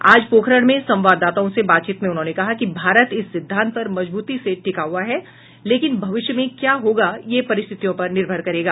आज पोखरण में संवाददाताओं से बातचीत में उन्होंने कहा कि भारत इस सिद्धांत पर मजबूती से टिका हुआ है लेकिन भविष्य में क्या होगा यह परिस्थितियों पर निर्भर करेगा